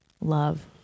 love